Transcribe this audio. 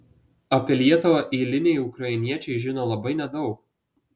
apie lietuvą eiliniai ukrainiečiai žino labai nedaug